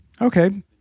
Okay